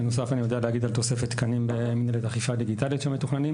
בנוסף אני יודע להגיד על תוספת תקנים ב- -- אכיפה דיגיטלית שמתוכננים,